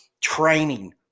training